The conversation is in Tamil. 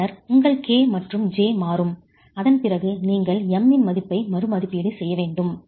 பின்னர் உங்கள் கே மற்றும் ஜே மாறும் அதன் பிறகு நீங்கள் M' இன் மதிப்பை மறுமதிப்பீடு செய்ய வேண்டும்